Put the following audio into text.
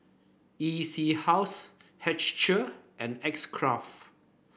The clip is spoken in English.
E C House Herschel and X Craft